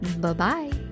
Bye-bye